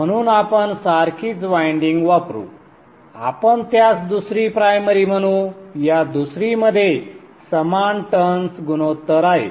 म्हणून आपण सारखीच वायंडिंग वापरु आपण त्यास दुसरी प्रायमरी म्हणू या दुसरी मध्ये समान टर्न्स गुणोत्तर आहे